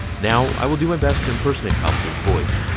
now, i will do my best impersonate palpatine's voice,